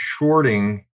shorting